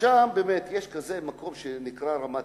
ושם יש מקום שנקרא רמת-אשכול.